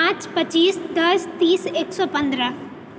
पाँच पचीस दश तीस एक सए पन्द्रह